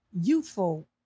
youthful